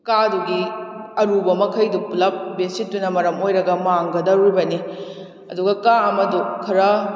ꯀꯥꯗꯨꯒꯤ ꯑꯔꯨꯕ ꯃꯈꯩꯗꯨ ꯄꯨꯂꯞ ꯕꯦꯠꯁꯤꯠꯇꯨꯅ ꯃꯔꯝ ꯑꯣꯏꯔꯒ ꯃꯥꯡꯍꯗꯧꯔꯤꯕꯅꯤ ꯑꯗꯨꯒ ꯀꯥ ꯑꯃꯗꯨ ꯈꯔ